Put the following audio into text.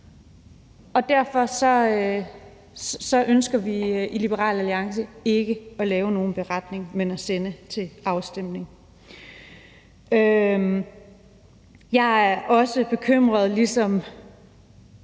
Derfor ønsker vi i Liberal Alliance ikke at lave nogen beretning, men at sende det til afstemning. Jeg er ligesom